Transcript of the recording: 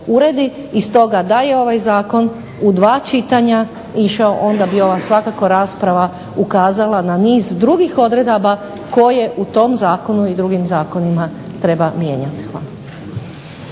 I stoga, da je ovaj zakon u dva čitanja išao onda bi ova svakako rasprava ukazala na niz drugih odredaba koje u tom zakonu i drugim zakonima treba mijenjati.